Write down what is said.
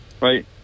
right